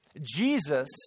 Jesus